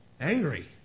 angry